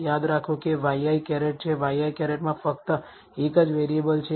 યાદ રાખો કે આ ŷi છે ŷi માં ફક્ત એક જ વેરીયેબલ છે